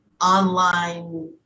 online